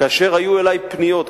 כאשר היו אלי פניות,